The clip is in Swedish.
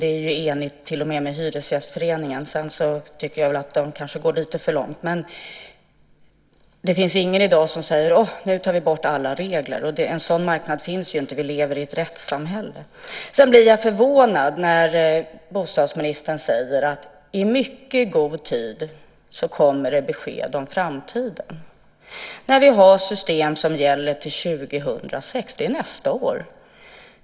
Det är enigt med till och med Hyresgästföreningen. Sedan tycker jag att man kanske går lite för långt. Det finns i dag inte någon som säger: Nu tar vi bort alla regler. En sådan marknad finns inte. Vi lever i ett rättssamhälle. Sedan blir jag förvånad när bostadsministern säger att det kommer besked om framtiden i mycket god tid. Vi har system som gäller till 2006. Det är snart nästa år.